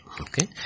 Okay